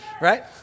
right